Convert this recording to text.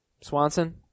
Swanson